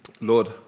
Lord